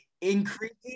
increasing